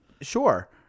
Sure